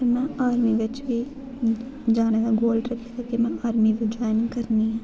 ते में आर्मी बिच बी जाने दा गोल रक्खे दा ऐ कि में आर्मी ज्वाइन करनी